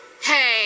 Hey